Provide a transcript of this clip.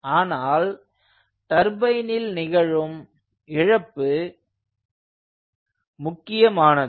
ஆனால் டர்பைனில் நிகழும் இழப்பு முக்கியமானது